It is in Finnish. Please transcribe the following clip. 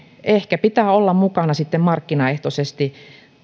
ehkä pitää olla mukana sitten markkinaehtoisesti